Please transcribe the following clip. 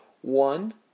One